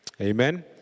Amen